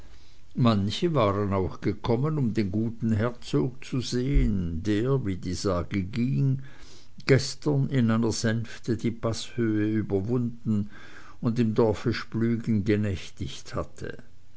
manche waren auch gekommen um den guten herzog zu sehen der wie die sage ging gestern in einer sänfte die paßhöhe überwunden und im dorfe splügen genächtigt hatte